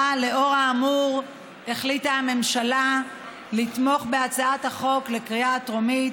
לאור האמור החליטה הממשלה לתמוך בהצעת החוק לקריאה טרומית